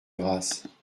grâce